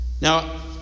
Now